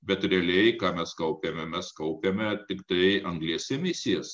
bet realiai ką mes kaupiame mes kaupiame tiktai anglies emisijas